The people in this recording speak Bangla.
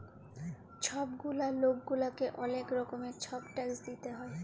ছব গুলা লক গুলাকে অলেক রকমের ছব ট্যাক্স দিইতে হ্যয়